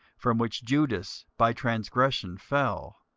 from which judas by transgression fell,